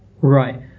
Right